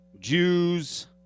Jews